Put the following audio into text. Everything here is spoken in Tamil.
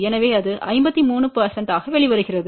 எனவே அது 53 ஆக வெளிவருகிறது